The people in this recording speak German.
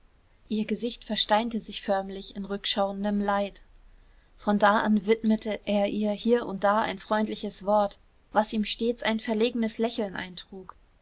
ihr gesicht versteinte sich förmlich in rückschauendem leid von da an widmete er ihr hier und da ein freundliches wort was ihm stets ein verlegenes lächeln eintrug